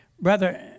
Brother